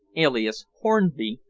alias hornby,